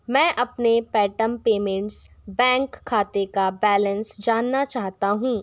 मैं अपने Paytm payments bank खाते का बैलेंस जानना चाहता हूँ